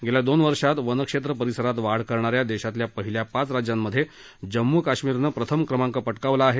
गेल्या दोन वर्षात वनक्षेत्र परिसरात वाढ करणाऱ्या देशातल्या पहिल्या पाच राज्यांमधे जम्मू काश्मीरनं प्रथम क्रमांक पटकावला आहे